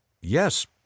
Yes